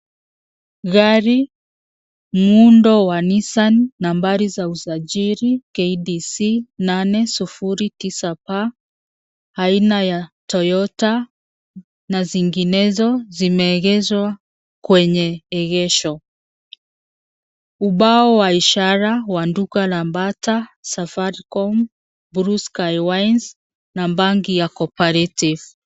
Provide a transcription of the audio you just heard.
Gari muundo wa Nissan nambari za usajili KDC 809P aina ya Toyota na zinginezo zimeegezwa kwenye egesho. Ubao wa ishara wa duka la bata, Safaricom, Bluesky wines na Benki ya Cooperative.